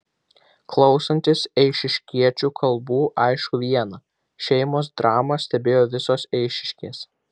klausantis eišiškiečių kalbų aišku viena šeimos dramą stebėjo visos eišiškės